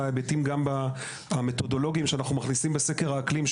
ההיבטים המתודולוגיים שאנחנו מכניסים בסקר האקלים,